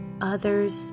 others